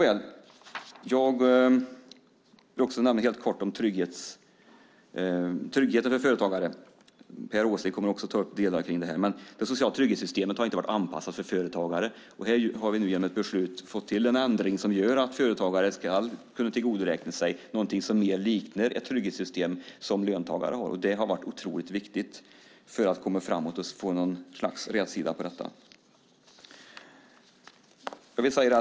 Helt kort vill jag också säga några ord om tryggheten för företagare. Per Åsling kommer senare att ta upp delar av detta. Det sociala trygghetssystemet har inte varit anpassat till företagare. Men här har vi nu genom ett beslut fått till en ändring som gör att företagare ska kunna tillgodoräkna sig någonting som mer liknar trygghetssystemet för löntagare. Det har varit otroligt viktigt för att komma framåt och för att få något slags rätsida på detta.